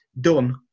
done